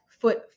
foot